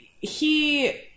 he-